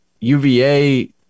UVA